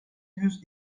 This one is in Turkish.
yüz